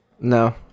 No